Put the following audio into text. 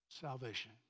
salvation